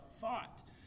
thought